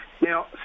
Now